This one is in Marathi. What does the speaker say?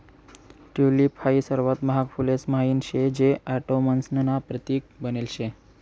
टयूलिप हाई सर्वात महाग फुलेस म्हाईन शे जे ऑटोमन्स ना प्रतीक बनेल शे